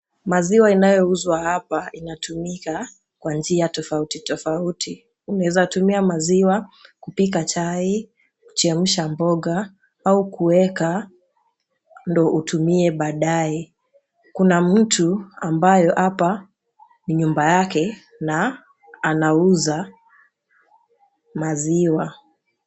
Maziwa inayouzwa hapa inatumika kwa njia tofauti tofauti unaeza tumia maziwa kupika chai kuchemsha mboga au kuweka ndo utumie baadae kuna mtu ambaye hapa ni nyumba yake na anauza maziwa.